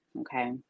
Okay